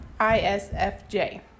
ISFJ